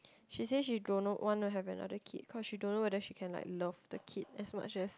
she says she don't know want to have another kid cause she don't know whether she can like love the kid as much as